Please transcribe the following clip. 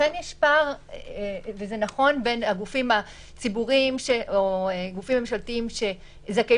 אכן יש פער בין הגופים הציבוריים או גופים ממשלתיים שזכאים